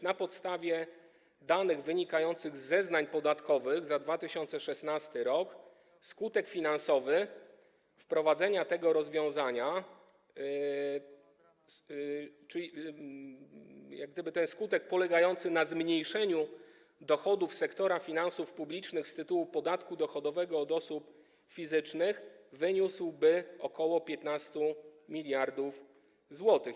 Na podstawie danych wynikających z zeznań podatkowych za 2016 r. skutek finansowy wprowadzenia tego rozwiązania polegający na zmniejszeniu dochodów sektora finansów publicznych z tytułu podatku dochodowego od osób fizycznych wyniósłby ok. 15 mld zł.